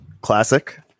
Classic